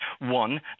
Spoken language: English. One